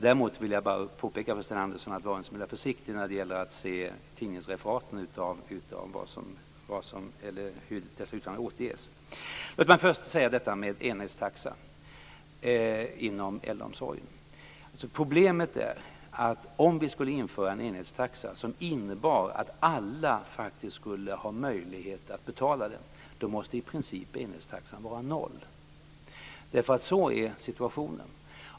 Däremot vill jag bara påpeka för Sten Andersson att han böra vara en smula försiktig när det gäller hur dessa uttalanden återges i tidningsreferaten. Låt mig börja med enhetstaxan inom äldreomsorgen. Problemet är att om vi skulle införa en enhetstaxa som innebar att alla hade en möjlighet att betala den, måste enhetstaxan i princip vara noll. Så är situationen.